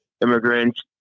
Immigrants